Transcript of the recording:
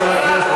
אתה ראש ממשלה,